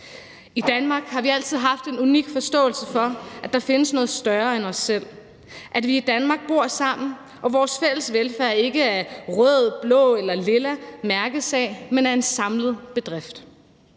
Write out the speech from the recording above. I Danmark har vi altid haft en unik forståelse for, at der findes noget større end os selv, at vi i Danmark bor sammen, og at vores fælles velfærd ikke er en rød, blå eller lilla mærkesag, men er en samlet bedrift.